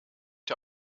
der